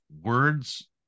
words